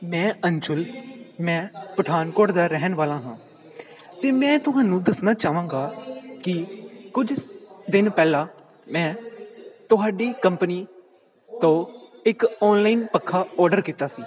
ਮੈਂ ਅੰਸ਼ੁਲ ਮੈਂ ਪਠਾਨਕੋਟ ਦਾ ਰਹਿਣ ਵਾਲਾ ਹਾਂ ਅਤੇ ਮੈਂ ਤੁਹਾਨੂੰ ਦੱਸਣਾ ਚਾਹਾਂਗਾ ਕਿ ਕੁਝ ਦਿਨ ਪਹਿਲਾਂ ਮੈਂ ਤੁਹਾਡੀ ਕੰਪਨੀ ਤੋਂ ਇੱਕ ਔਨਲਾਈਨ ਪੱਖਾ ਔਡਰ ਕੀਤਾ ਸੀ